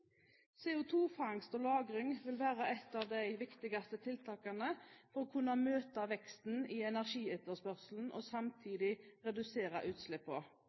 Fangst og lagring av CO2 vil være et av de viktigste tiltakene for å kunne møte veksten i energietterspørselen og samtidig redusere